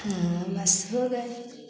हम बस हो गए